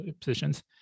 positions